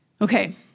Okay